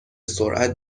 سرعت